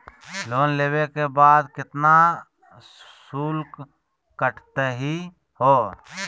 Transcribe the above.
Loan लेवे के बाद केतना शुल्क कटतही हो?